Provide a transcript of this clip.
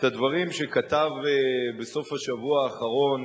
את הדברים שכתב בסוף השבוע האחרון